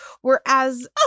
Whereas